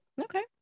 Okay